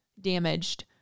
damaged